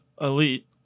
elite